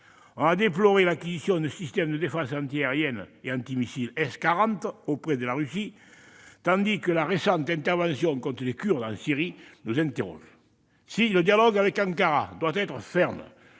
On a déploré l'acquisition par ce pays de systèmes de défense antiaérienne et antimissile S-400 auprès de la Russie, tandis que sa récente intervention contre les Kurdes en Syrie nous interpelle. Si le dialogue avec Ankara doit être ferme,